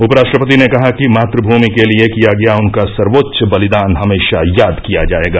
उपराष्ट्रपति ने कहा कि मात्मूमि के लिए किया गया उनका सर्वोच्च बलिदान हमेशा याद किया जायेगा